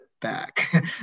back